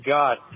God